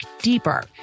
deeper